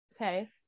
Okay